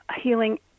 healing